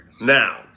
Now